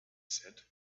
said